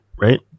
right